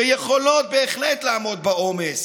שיכולות בהחלט לעמוד בעומס,